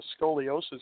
scoliosis